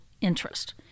interest